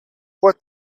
what